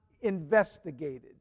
investigated